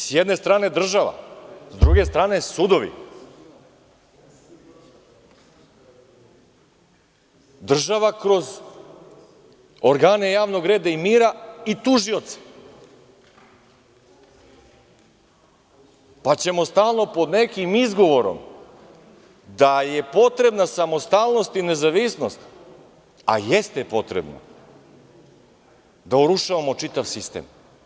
S jedne strane država, s druge strane sudovi, država kroz organe javnog reda i mira i tužioci, pa ćemo stalno pod nekim izgovorom da je potrebna samostalnost i nezavisnost, a jeste potrebna, da urušavamo čitav sistem.